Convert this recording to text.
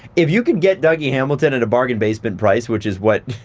if you could get dougie hamilton at a bargain basement price. which is what,